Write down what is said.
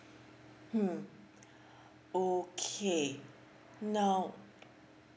mm okay now